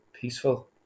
peaceful